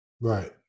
Right